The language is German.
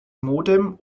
modem